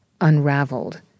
unraveled